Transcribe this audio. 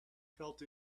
felt